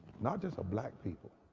not just a black people,